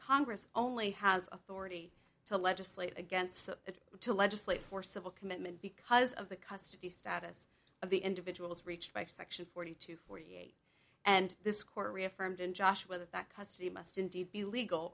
congress only has authority to legislate against it to legislate for civil commitment because of the custody status of the individuals reached by section forty two forty eight and this court reaffirmed in josh whether that custody must indeed be legal